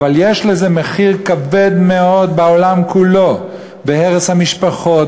אבל יש לזה מחיר כבד מאוד בעולם כולו: בהרס המשפחות,